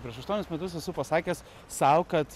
prieš aštuonis metus esu pasakęs sau kad